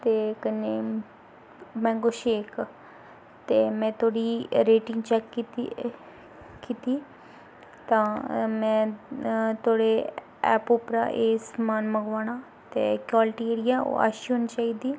ते कन्नै mango shake ते में तोआड़ी रेटिंग चैक्क कीती कीती तां में तोआड़े ऐप उप्परा एह् समान मंगवाना ते क्वालटी जेह्ड़ी ऐ ओह् अच्छी होनी चाहिदी